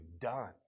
done